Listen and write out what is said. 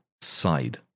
side